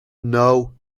know